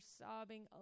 sobbing